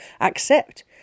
accept